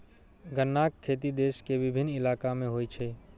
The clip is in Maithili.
गन्नाक खेती देश के विभिन्न इलाका मे होइ छै